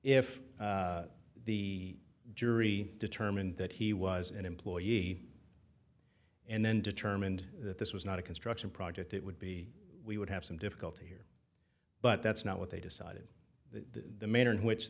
if the jury determined that he was an employee and then determined that this was not a construction project it would be we would have some difficulty here but that's not what they decided that the manner in which